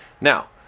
Now